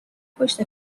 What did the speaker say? پشت